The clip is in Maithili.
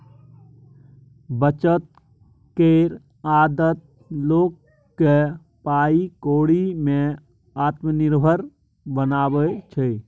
बचत केर आदत लोक केँ पाइ कौड़ी में आत्मनिर्भर बनाबै छै